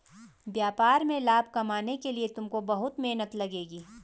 व्यापार में लाभ कमाने के लिए तुमको बहुत मेहनत लगेगी